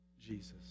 Jesus